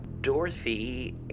Dorothy